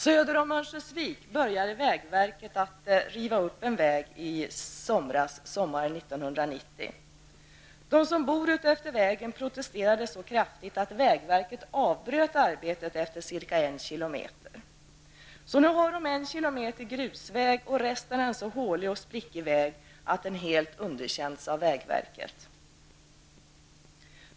Söder om Örnsköldsvik började vägverket riva upp en väg sommaren 1990. De som bor efter vägen protesterade så kraftigt att vägverket avbröt arbetet efter ca 1 km. Så nu har man 1 km grusväg och i övrigt en så hålig och sprickig väg att den helt underkänts av vägverket.